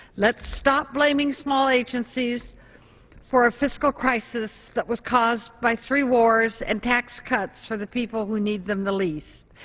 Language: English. let's stop blaming small agencies for a fiscal crisis that was caused by three wars and tax cuts for the people who need them the least.